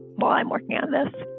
by martin amis